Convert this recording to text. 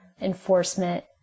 enforcement